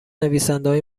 نویسندههای